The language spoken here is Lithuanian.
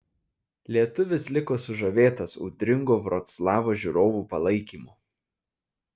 lietuvis liko sužavėtas audringo vroclavo žiūrovų palaikymo